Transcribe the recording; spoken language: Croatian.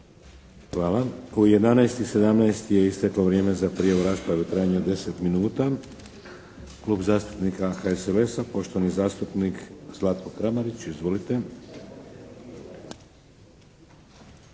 Hvala. U 11 i 17 je isteklo vrijeme za prijavu rasprave u trajanju od 10 minuta. Klub zastupnika HSLS-a, poštovani zastupnik Zlatko Kramarić. Izvolite!